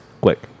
quick